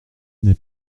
n’est